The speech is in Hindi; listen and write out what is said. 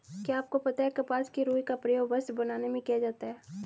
क्या आपको पता है कपास की रूई का प्रयोग वस्त्र बनाने में किया जाता है?